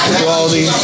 quality